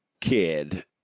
kid